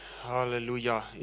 Hallelujah